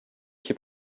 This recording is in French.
qui